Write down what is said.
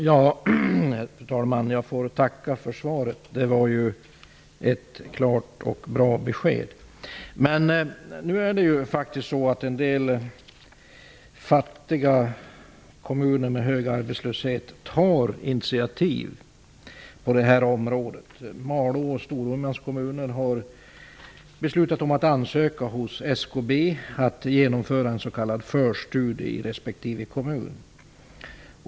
Fru talman! Jag får tacka för svaret. Det var ett klart och bra besked. En del fattiga kommuner med hög arbetslöshet tar nu initiativ på det här området. Malå och Storumans kommuner har beslutat att hos SKB ansöka om att genomföra en s.k. förstudie i respektive kommun.